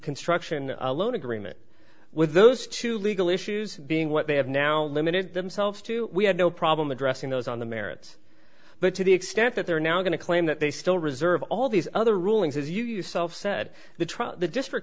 construction loan agreement with those two legal issues being what they have now limited themselves to we had no problem addressing those on the merits but to the extent that they're now going to claim that they still reserve all these other rulings as you yourself said the trial the district